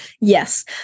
Yes